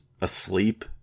asleep